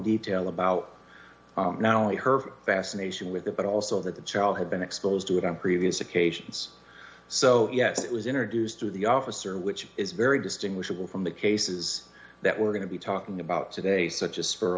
detail about not only her fascination with it but also that the child had been exposed to it on previous occasions so yes it was introduced to the officer which is very distinguishable from the cases that we're going to be talking about today such as